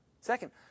Second